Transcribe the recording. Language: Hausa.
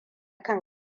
kan